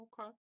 Okay